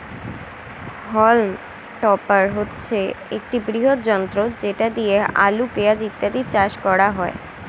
হল্ম topper হচ্ছে একটি বৃহৎ যন্ত্র যেটা দিয়ে আলু, পেঁয়াজ ইত্যাদি চাষ করা হয়